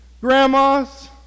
grandmas